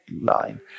line